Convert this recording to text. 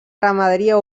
ramaderia